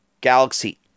Galaxy